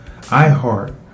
iHeart